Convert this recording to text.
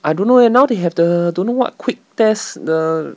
I don't know eh now they have the don't know what quick test the